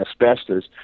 asbestos